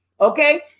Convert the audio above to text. okay